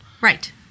Right